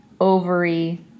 ovary